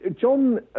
John